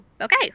okay